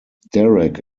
derek